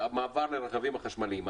המעבר לרכבים החשמליים.